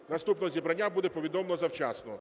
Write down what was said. наступного зібрання буде повідомлено завчасно.